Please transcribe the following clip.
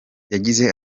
yagize